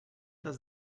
does